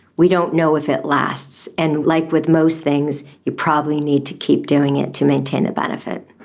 we don't know if it lasts. and like with most things, you probably need to keep doing it to maintain the benefit.